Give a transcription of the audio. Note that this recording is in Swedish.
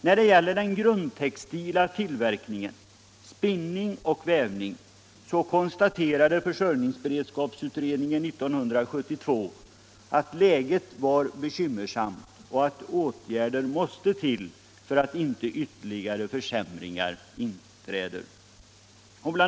När det gäller den grundtextila tillverkningen — spinning och vävning — konstaterade försörjningsberedskapsutredningen 1972 att läget var bekymmersamt och att åtgärder måste till så att inte ytterligare försämringar inträder: Bl.